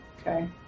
Okay